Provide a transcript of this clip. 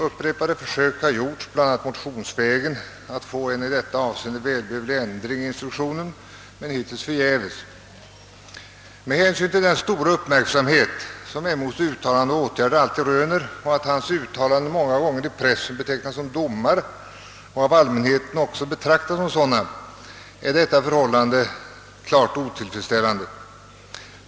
Upprepade försök har gjorts, bl.a. motionsvägen, att få en i detta avseende välbehövlig ändring i instruktionen, men hittills förgäves. Med hänsyn till den stora uppmärksamhet som MO:s uttalanden och åtgärder alltid röner och till att hans uttalanden många gånger i pressen betecknas som domar och av allmänheten också betraktas som sådana är detta förhållande klart otillfredsställande.